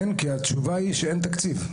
אין כי התשובה היא שאין תקציב.